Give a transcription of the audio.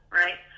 right